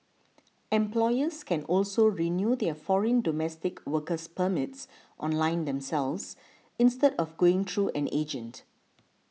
employers can also renew their foreign domestic worker permits online themselves instead of going through an agent